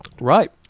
Right